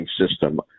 system